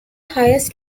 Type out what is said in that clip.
highest